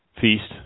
feast